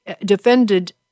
defended